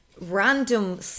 random